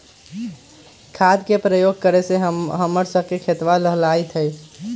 खाद के प्रयोग करे से हम्मर स के खेतवा लहलाईत हई